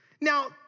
Now